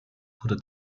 wurde